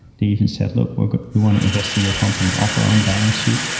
they even said, look, we we want to invest in your company. off our own balance sheet,